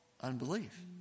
unbelief